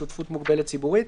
שותפות מוגבלת ציבורית.